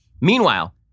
meanwhile